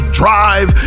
drive